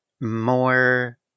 more